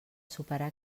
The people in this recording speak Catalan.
superar